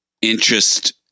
interest